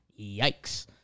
yikes